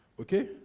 Okay